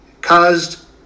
caused